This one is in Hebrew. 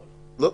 לא.